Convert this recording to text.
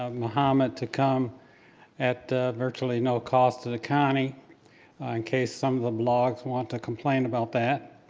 um muhammad to come at virtually no cost to the county, in case some of the blogs want to complain about that.